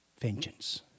Vengeance